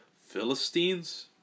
Philistines